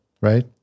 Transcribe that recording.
right